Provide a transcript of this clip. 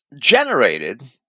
generated